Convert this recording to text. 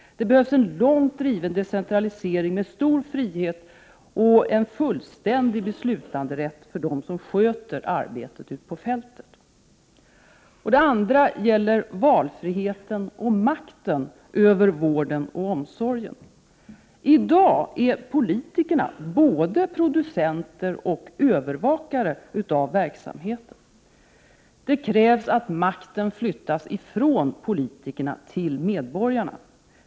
Det behövs en långt driven decentralisering med stor frihet och en fullständig beslutanderätt för dem som sköter arbetet på fältet. Det andra gäller valfriheten och makten över vården och omsorgen. I dag 83 är politikerna både producenter och övervakare av verksamheterna. Det krävs att makten flyttas från politikerna till medborgarna.